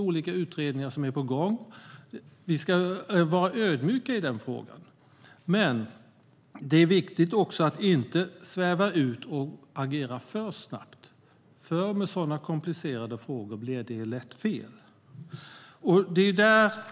Olika utredningar är på gång. Vi ska vara ödmjuka i den här frågan, och det är viktigt att inte sväva ut och agera för snabbt, för med sådana här komplicerade frågor blir det lätt fel.